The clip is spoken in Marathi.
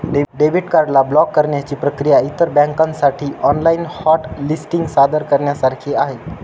डेबिट कार्ड ला ब्लॉक करण्याची प्रक्रिया इतर बँकांसाठी ऑनलाइन हॉट लिस्टिंग सादर करण्यासारखी आहे